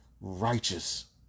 righteous